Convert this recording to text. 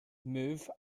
move